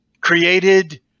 created